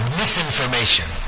misinformation